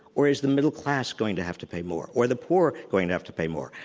or is the middle class going to have to pay more, or the poor going to have to pay more?